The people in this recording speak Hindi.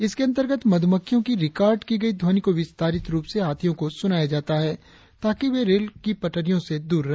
इसके अंतर्गत मध्मक्खियों की रिकॉर्ड की गई ध्वनि को विस्तारित रुप में हाथियों को सुनाया जाता है ताकि वे रेल पटरियों से दूर रहे